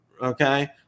Okay